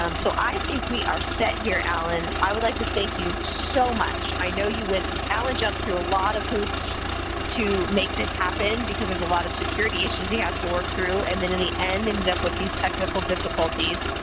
um so, i think we are set here, allen. i would like to thank you so much. i know you went allen jumped through a lot of hoops to make this happen because there's a lot of security issues he has to work through. and then in the end ended up with these technical difficulties.